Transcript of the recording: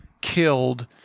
killed